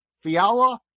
Fiala